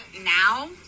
now